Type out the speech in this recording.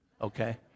okay